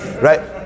Right